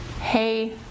Hey